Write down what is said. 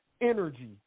energy